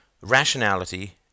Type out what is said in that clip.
Rationality